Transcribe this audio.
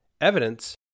Evidence